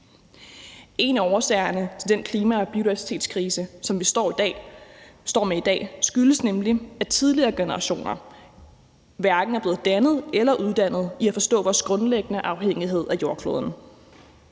En af årsagerne til den klima- og biodiversitetskrise, som vi står med i dag, er nemlig, at tidligere generationer hverken er blevet dannet eller uddannet i at forstå vores grundlæggende afhængighed af jordkloden.